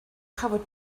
covered